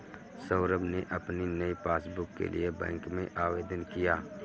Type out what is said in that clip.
सौरभ ने अपनी नई पासबुक के लिए बैंक में आवेदन किया